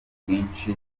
ubwinshi